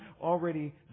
already